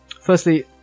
Firstly